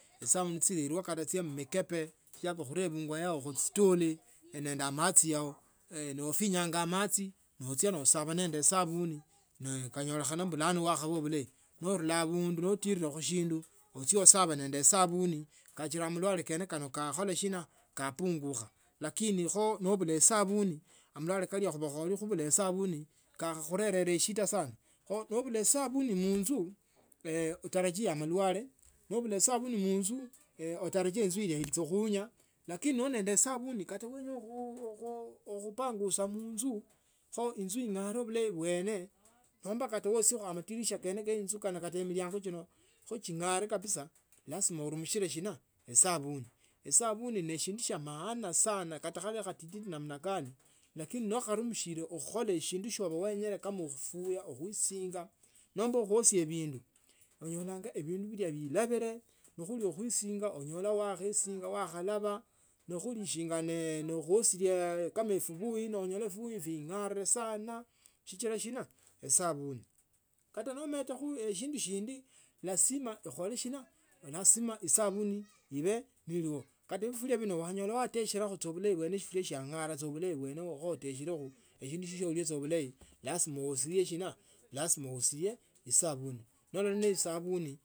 Esa kata chilwa mchi mkebe shia khurebwanga yao khustuli nende amachi yao nofinyanga machi nochia nasaba nende esabuni nekangolekhana mbu bulano wakhaba bulayi noomula abundu notirire khushindu ochie osaba nende esabuni kachila malwale kano kakhola shina kapungukha lakini kho nebula esabuni amalalwe kali kakhola nobula esabuni kakharurele eshida sana. Kho nobula esabuni munzu utarajie enzu ila ilakhuunya lakini noli nende esabuni kata nowenya khupangusa munzu kho inzu ing’ane bulayo bweme nomba kata uosiekho madirisha kene kano kata amuliango chino kho ching’are kabisa lasima unimishile esabuni, esabuni neshindushia maana sana kata khabee khatiti namna gani lakini no onumushila ukhukhola shindu shio wenye le kam khufuya khuisinga nomba kuosia bindu onyola bindu bile bilabile nokhuli khuisinga wakhaesinga wakhalaba nokhuli shinga ne khuosia kama esibuyu sino noonyola shibuyu shing’are sina sichila sina esabuni. Kata nometakho eshindu shindi lasima ukhole shina lasima esabuni ibe ne eliyo kata bifuria bino onyola watesherieko cha bulayi bwene ving’ara sa bulayi bwene kho uteshielekho bindu bibyo bulayi lasima woshie sina lazima woshie esabuni, esabuni.